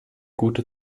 gute